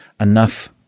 enough